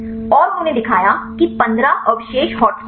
और उन्होंने दिखाया कि 15 अवशेष हॉटस्पॉट हैं